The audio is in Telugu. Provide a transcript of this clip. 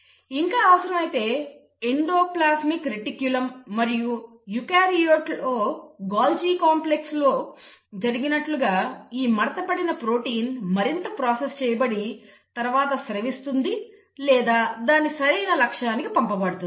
ఇంకా అవసరమైతే ఎండోప్లాస్మిక్ రెటిక్యులమ్ మరియు యూకారియోట్లలోని గాల్జి కాంప్లెక్స్లో లో జరిగినట్లుగా ఈ మడత పడిన ప్రోటీన్ మరింత ప్రాసెస్ చేయబడి తర్వాత స్రవిస్తుంది లేదా దాని సరైన లక్ష్యానికి పంపబడుతుంది